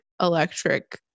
electric